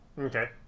Okay